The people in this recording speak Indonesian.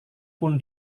pun